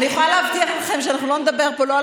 אני יכולה להבטיח לכם שאנחנו לא נדבר פה לא על